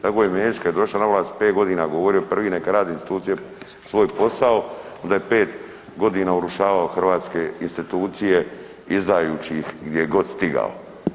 Tako je Mesić, kad je došao na vlast 5 godina govorio prvi neka rade institucije svoj posao, onda je 5 godina urušavao hrvatske institucije izdajući ih gdje je god stigao.